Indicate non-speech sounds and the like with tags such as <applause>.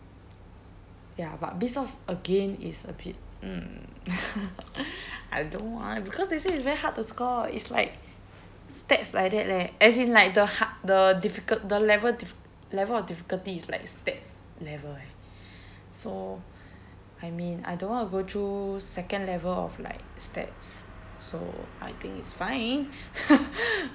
ya but BizOps again is a bit mm <noise> I don't want because they say it's very hard to score it's like stats like that leh as in like the hard the difficult the level diffi~ level of difficulty is like stats level eh so I mean I don't want to go through second level of like stats so I think it's fine <noise>